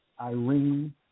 Irene